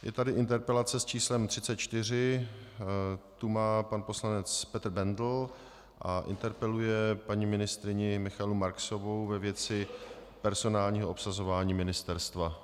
Je tady interpelace s číslem 34, tu má pan poslanec Petr Bendl a interpeluje paní ministryni Michaelu Marksovou ve věci personálního obsazování ministerstva.